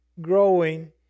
growing